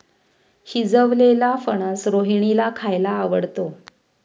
शिजवलेलेला फणस रोहिणीला खायला आवडतो